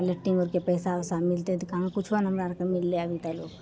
latrine आओरके पैसा उसा मिलतै तऽ कहाँ कुछो ने हमरा आरके मिललय अभी तक लेल